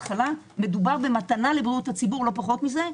מדובר במתנה לבריאות הציבור, לא פחות מזה.